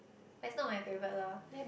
that's not my flavor loh